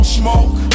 smoke